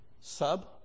Sub